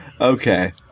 Okay